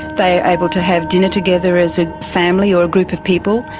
they are able to have dinner together as a family or a group of people,